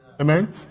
Amen